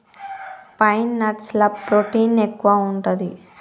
pine nuts ల protein ఎక్కువు ఉంటది